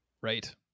right